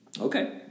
Okay